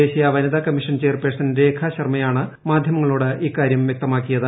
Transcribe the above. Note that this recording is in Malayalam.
ദേശീയ വനിതാകമ്മീഷൻ ചെയർപേഴ്സൺ രേഖാ ശർമ്മയാണ് മാധ്യമങ്ങളോട് ഇക്കാര്യം വ്യക്തമാക്കിയത്